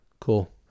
Cool